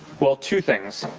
well two, things.